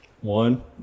One